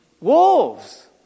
wolves